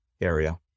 area